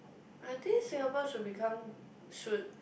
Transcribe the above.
I think Singapore should become should